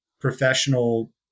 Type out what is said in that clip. professional